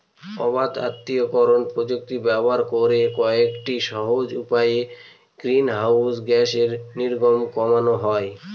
অবাত আত্তীকরন প্রযুক্তি ব্যবহার করে কয়েকটি সহজ উপায়ে গ্রিনহাউস গ্যাসের নির্গমন কমানো যায়